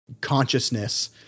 consciousness